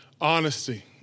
Honesty